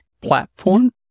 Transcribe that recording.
platform